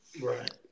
right